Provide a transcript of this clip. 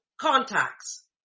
contacts